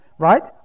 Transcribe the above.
right